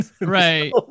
Right